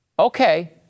Okay